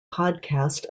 podcast